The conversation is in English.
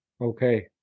Okay